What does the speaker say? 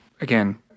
again